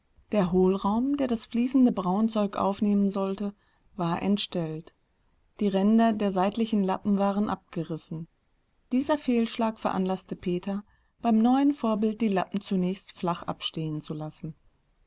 der hohlraum der das fließende braunzeug aufnehmen sollte war entstellt die ränder der seitlichen lappen waren abgerissen dieser fehlschlag veranlaßte peter beim neuen vorbild die lappen zunächst flach abstehen zu lassen